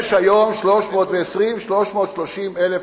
יש היום 320,000 330,000,